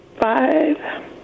five